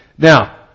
Now